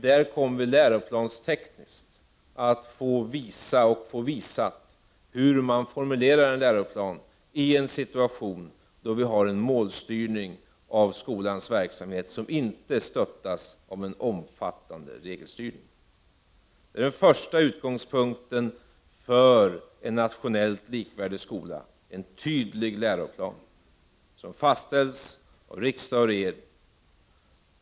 Där kommer man läroplanstekniskt att visa, och få visat, hur en läroplan formuleras i en situation där vi har en målstyrning av skolans verksamhet som inte stöttas av en omfattande regelstyrning. Det är den första utgångspunkten för en nationellt likvärdig skola — en tydlig läroplan, som fastställs av riksdag och regering.